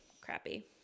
crappy